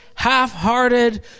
half-hearted